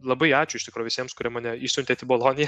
labai ačiū iš tikro visiems kurie mane išsiuntėt į boloniją